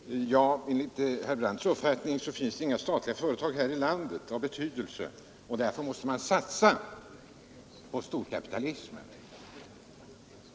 Herr talman! Enligt herr Brandts uppfattning finns det inga statliga företag här i landet av betydelse, och därför måste man satsa på storkapitalismen.